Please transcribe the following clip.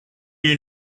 you